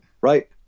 Right